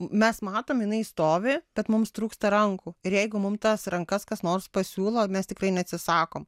mes matom jinai stovi bet mums trūksta rankų ir jeigu mum tas rankas kas nors pasiūlo mes tikrai neatsisakom